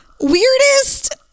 weirdest